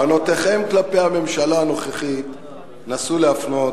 את טענותיכם כלפי הממשלה הנוכחית נסו להפנות